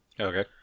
Okay